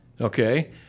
Okay